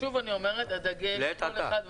לעת עתה.